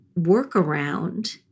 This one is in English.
workaround